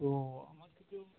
তো আমার কিছু